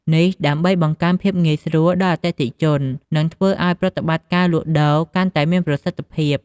នេះដើម្បីបង្កើនភាពងាយស្រួលដល់អតិថិជន និងធ្វើឱ្យប្រតិបត្តិការលក់ដូរកាន់តែមានប្រសិទ្ធភាព។